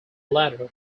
latter